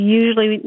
usually